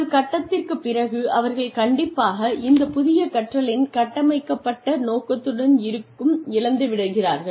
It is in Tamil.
ஒரு கட்டத்திற்குப் பிறகு அவர்கள் கண்டிப்பாக இந்த புதிய கற்றலின் கட்டமைக்கப்பட்ட நோக்கத்துடன் இருக்கும் இழந்து விடுகிறார்கள்